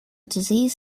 disease